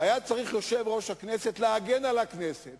יושב-ראש הכנסת צריך להגן על הכנסת